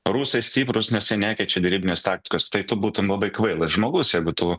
rusai stiprūs nes jie nekeičia derybinės taktikos tai tu būtum labai kvailas žmogus jeigu tu